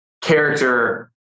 character